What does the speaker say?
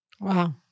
Wow